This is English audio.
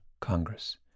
Congress